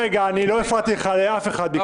--- סליחה, אני לא הפרעתי לאף אחד מכם.